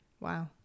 wow